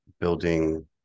building